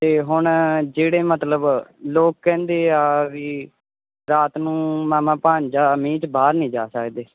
ਅਤੇ ਹੁਣ ਜਿਹੜੇ ਮਤਲਬ ਲੋਕ ਕਹਿੰਦੇ ਆ ਬਈ ਰਾਤ ਨੂੰ ਮਾਮਾ ਭਾਂਣਜਾ ਮੀਂਹ 'ਚ ਬਾਹਰ ਨਹੀਂ ਜਾ ਸਕਦੇ